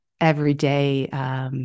everyday